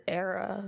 era